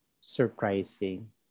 surprising